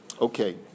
Okay